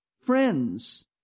friends